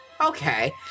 okay